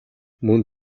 мөн